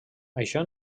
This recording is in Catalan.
això